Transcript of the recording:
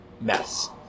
mess